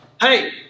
Hey